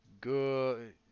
Good